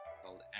called